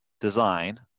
design